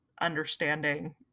understanding